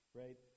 right